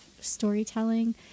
storytelling